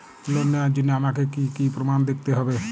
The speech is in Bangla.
লোন নেওয়ার জন্য আমাকে কী কী প্রমাণ দেখতে হবে?